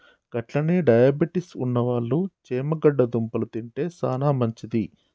గట్లనే డయాబెటిస్ ఉన్నవాళ్ళు చేమగడ్డ దుంపలు తింటే సానా మంచిది